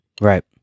Right